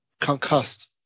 concussed